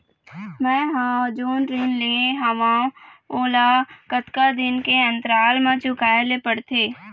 मैं हर जोन ऋण लेहे हाओ ओला कतका दिन के अंतराल मा चुकाए ले पड़ते?